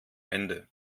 ende